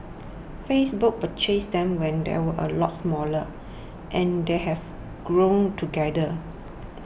Facebook purchased them when they were a lot smaller and they have grown together